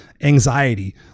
anxiety